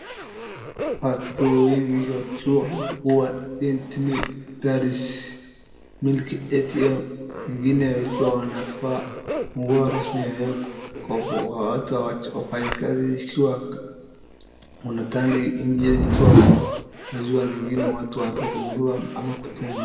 Watu wengine wakiwa Destiny Dairy Milk ATM wengine wakiwa wamevaa nguo rasmi yaani ya kikopo, watu wakifanya kazi zikiwa wanatangi nje ikiwa kwa maziwa, wengine watu wanataka kununua ama kutuma.